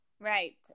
Right